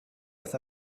with